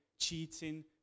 cheating